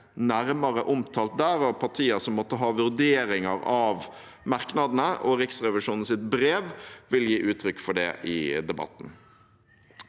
nærmere omtalt der. Partier som måtte ha vurderinger av merknadene og Riksrevisjonens brev, vil gi uttrykk for det i debatten.